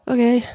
Okay